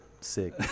sick